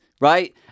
right